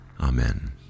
Amen